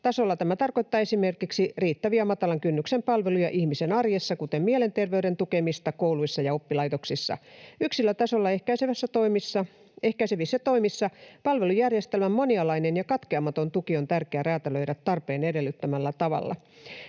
tasolla tämä tarkoittaa esimerkiksi riittäviä matalan kynnyksen palveluja ihmisen arjessa, kuten mielenterveyden tukemista kouluissa ja oppilaitoksissa. Yksilötasolla ehkäisevissä toimissa palvelujärjestelmän monialainen ja katkeamaton tuki on tärkeää räätälöidä tarpeen edellyttämällä tavalla.